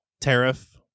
Tariff